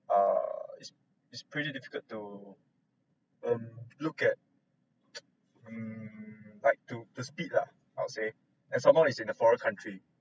err is is pretty difficult to um look at mm like to to speed ah I would say and some more it's in a foreign country